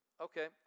Okay